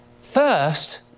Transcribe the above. First